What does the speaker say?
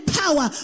power